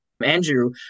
Andrew